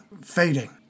fading